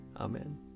Amen